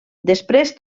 després